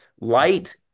Light